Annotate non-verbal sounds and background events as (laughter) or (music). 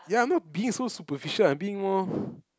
ya I'm not being so superficial I'm being more (breath)